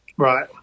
right